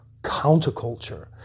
counterculture